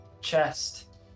chest